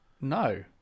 No